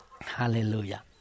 Hallelujah